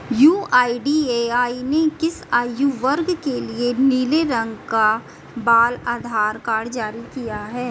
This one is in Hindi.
यू.आई.डी.ए.आई ने किस आयु वर्ग के लिए नीले रंग का बाल आधार कार्ड जारी किया है?